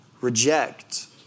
reject